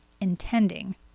intending